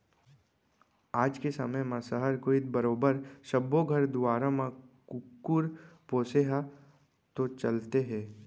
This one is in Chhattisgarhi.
आज के समे म सहर कोइत बरोबर सब्बो घर दुवार म कुकुर पोसे ह तो चलते हे